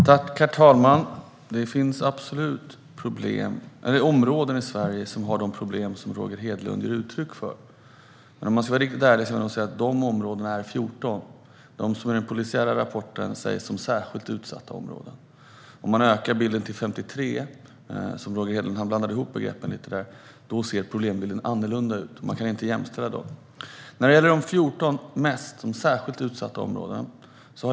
Herr talman! Det finns absolut områden som har de problem som Roger Hedlund ger uttryck för. Men om man ska vara riktigt ärlig måste man säga att i polisens rapport är det 14 områden som kallas för särskilt utsatta områden. Ökar man till 53 handlar det om en annan problembild. Man kan inte jämställa dessa. Roger Hedlund blandar ihop begreppen lite grann.